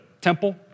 temple